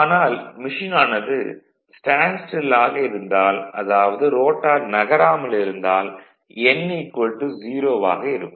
ஆனால் மெஷின் ஆனது stand still ஆக இருந்தால் அதாவது ரோட்டார் நகராமல் இருந்தால் n 0 வாக இருக்கும்